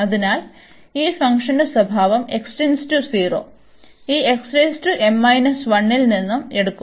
അതിനാൽ ഈ ഫംഗ്ഷന്റെ സ്വഭാവം x → 0 ഈ ൽ നിന്ന് എടുക്കും